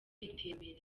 iterambere